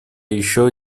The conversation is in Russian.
еще